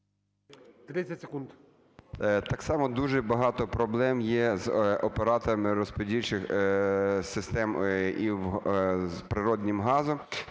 Так само дуже багато проблем є з операторами розподільчих систем і з природним газом.